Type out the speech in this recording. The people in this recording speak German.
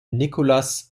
nicholas